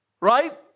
Right